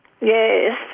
Yes